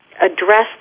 address